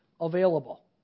available